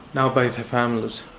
now by their families.